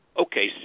okay